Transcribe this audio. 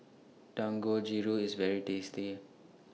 Dangojiru IS very tasty